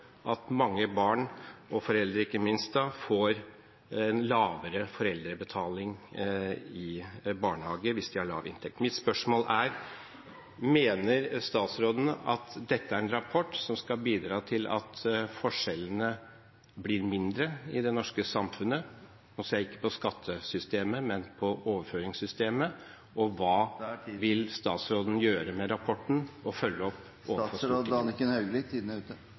at mange barn og foreldre – ikke minst – får en lavere foreldrebetaling i barnehage hvis de har lav inntekt. Mitt spørsmål er: Mener statsråden at dette er en rapport som skal bidra til at forskjellene blir mindre i det norske samfunnet – nå ser jeg ikke på skattesystemet, men på overføringssystemet – og hva vil statsråden gjøre med rapporten og følge opp